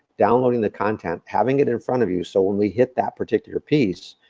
downloading the content, having it in front of you, so when we hit that particular piece,